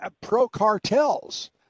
pro-cartels